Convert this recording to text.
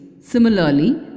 similarly